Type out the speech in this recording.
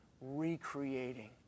recreating